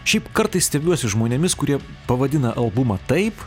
šiaip kartais stebiuosi žmonėmis kurie pavadina albumą taip